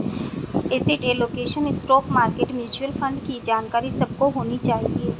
asset allocation, stock market, mutual fund की जानकारी सबको होनी चाहिए